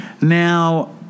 Now